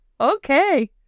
Okay